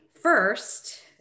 first